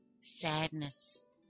sadness